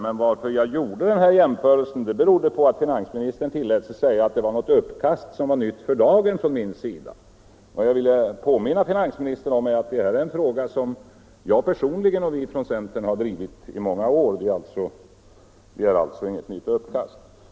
Anledningen till att jag gjorde den här jämförelsen var att finansministern tillät sig säga att det var ett uppkast som var nytt för dagen från min sida. Jag vill påminna finansministern om att detta är en fråga som jag personligen och vi från centern har drivit i många år. Det är alltså inget nytt uppkast.